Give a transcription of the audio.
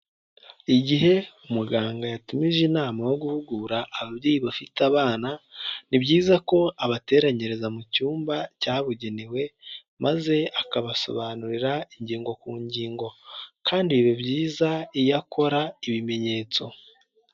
Igihe muganga yatumije inama yo guhugura ababyeyi bafite abana, ni byiza ko abateranyiriza mu cyumba cyabugenewe maze akabasobanurira ingingo ku ngingo kandi biba byiza iyo akora ibimenyetso.